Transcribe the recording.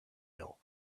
ill